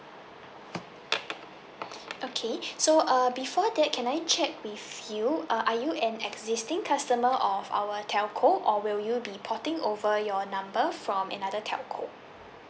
okay so err before that can I check with you uh are you an existing customer of our telco or will you be potting over your number from another telco